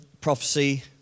prophecy